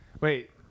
Wait